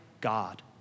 God